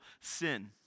sin